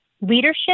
leadership